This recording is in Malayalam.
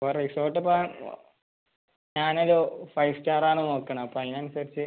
വേറെ റിസോർട്ടിപ്പം ഞാനൊരു ഫൈവ് സ്റ്റാറാണ് നോക്കണത് അപ്പം അതിനനുസരിച്ച്